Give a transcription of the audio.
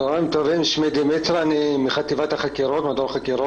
אני מחטיבת החקירות.